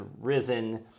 risen